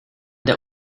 der